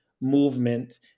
movement